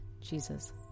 Jesus